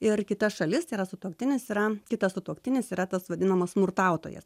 ir kita šalis yra sutuoktinis yra kitas sutuoktinis yra tas vadinamas smurtautojas